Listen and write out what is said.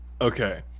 Okay